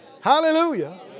Hallelujah